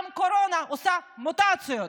גם קורונה עושה מוטציות.